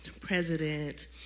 president